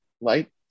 Light